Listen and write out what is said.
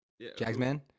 Jagsman